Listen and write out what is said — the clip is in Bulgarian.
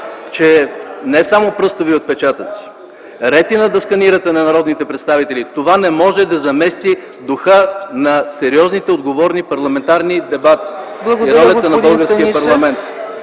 че не само пръстови отпечатъци, ретина да сканирате на народните представители, това не може да замести духа на сериозните и отговорни парламентарни дебати и ролята на българския парламент.